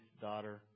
daughter